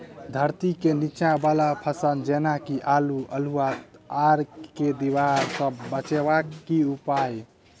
धरती केँ नीचा वला फसल जेना की आलु, अल्हुआ आर केँ दीवार सऽ बचेबाक की उपाय?